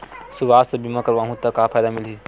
सुवास्थ बीमा करवाहू त का फ़ायदा मिलही?